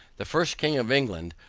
the first king of england,